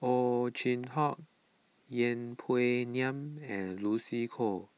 Ow Chin Hock Yeng Pway Ngon and Lucy Koh